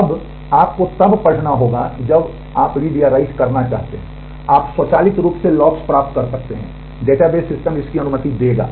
अब आपको तब पढ़ना होगा जब आप रीड या राइट करना चाहते हैं आप स्वचालित रूप से लॉक्स प्राप्त कर सकते हैं डेटाबेस सिस्टम इसकी अनुमति देगा